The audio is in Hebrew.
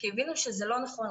כי הבינו שזה לא נכון.